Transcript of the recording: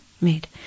made